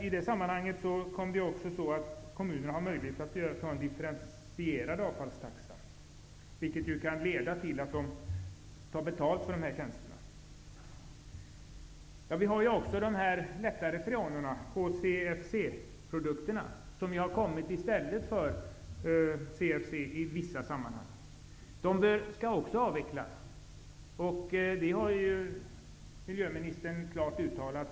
I det sammanhanget kommer kommunerna att ha möjlighet att överta en differentierad avfallstaxa. Det kan leda till att de tar betalt för sådana här tjänster. Sedan har vi de lättare freonerna, HCFC, som har ersatt CFC i vissa sammanhang och som också skall avvecklas. Det har miljöministern klart uttalat.